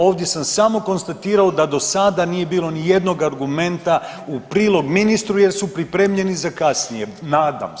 Ovdje sam samo konstatirao da do sada nije bilo nijednog argumenta u prilog ministru jer su pripremljeni za kasnije, nadam se.